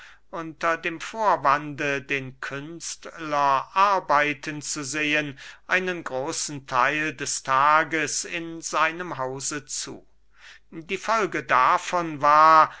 unter dem vorwande den künstler arbeiten zu sehen einen großen theil des tages in seinem hause zu die folge davon war